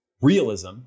realism